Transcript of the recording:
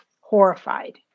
horrified